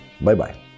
Bye-bye